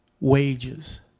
wages